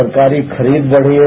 सरकारी खरीद बढ़ी है